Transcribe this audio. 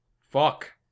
Fuck